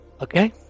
Okay